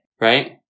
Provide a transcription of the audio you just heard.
right